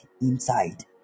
inside